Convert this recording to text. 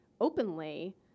openly